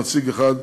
נציג אחד,